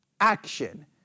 action